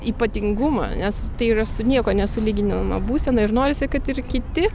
ypatingumą nes tai yra su niekuo nesulyginama būsena ir norisi kad ir kiti